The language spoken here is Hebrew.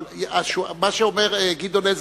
אבל מה שאומר גדעון עזרא,